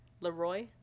leroy